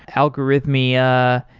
algorithmia.